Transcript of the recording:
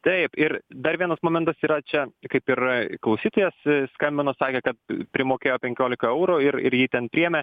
taip ir dar vienas momentas yra čia kaip ir klausytojas skambino sakė kad primokėjo penkiolika eurų ir ir jį ten priėmė